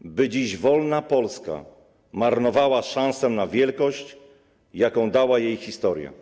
by dziś wolna Polska marnowała szansę na wielkość, jaką dała jej historia.